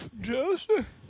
Joseph